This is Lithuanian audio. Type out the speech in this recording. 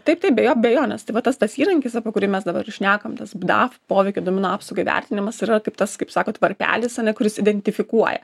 taip taip be jo bejonės tai va tas tas įrankis apie kurį mes dabar ir šnekam tas pdav poveikio duomenų apsaugai vertinimas yra kaip tas kaip sakot varpelis ane kuris identifikuoja